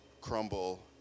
crumble